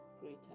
greater